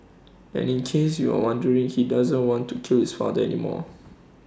and in case you were wondering he doesn't want to kill his father anymore